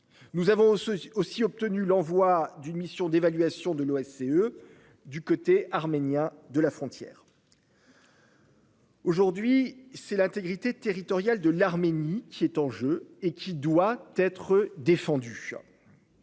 Nous avons aussi obtenu l'envoi d'une mission d'évaluation de l'OSCE du côté arménien de la frontière. Aujourd'hui, c'est l'intégrité territoriale de l'Arménie qui est en jeu et qui doit être défendue.